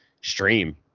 stream